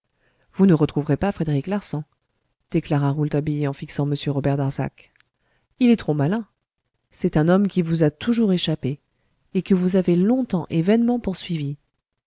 vous ne retrouverez pas frédéric larsan déclara rouletabille en fixant m robert darzac il est trop malin c'est un homme qui vous a toujours échappé et que vous avez longtemps et vainement poursuivi